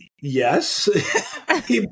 yes